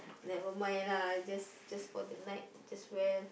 never mind lah just just for the night just wear